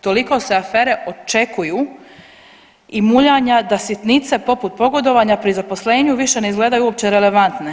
Toliko se afere očekuju i muljanja da sitnice poput pogodovanja pri zaposlenju više ne izgledaju uopće relevantne.